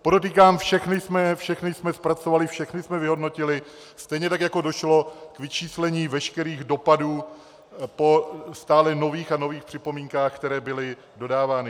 Podotýkám, všechny jsme zpracovali, všechny jsme vyhodnotili, stejně tak jako došlo k vyčíslení veškerých dopadů po stále nových a nových připomínkách, které byly dodávány.